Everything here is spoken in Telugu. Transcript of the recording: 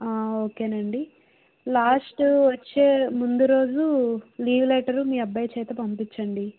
ఓకేనండి లాస్ట్ వచ్చే ముందు రోజు లీవ్ లెటర్ మీ అబ్బాయి చేత పంపించండి